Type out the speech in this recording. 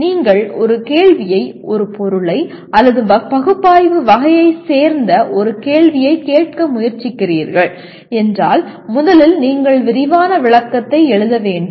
நீங்கள் ஒரு கேள்வியை ஒரு பொருளை அல்லது பகுப்பாய்வு வகையைச் சேர்ந்த ஒரு கேள்வியைக் கேட்க முயற்சிக்கிறீர்கள் என்றால் முதலில் நீங்கள் விரிவான விளக்கத்தை எழுத வேண்டும்